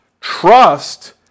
trust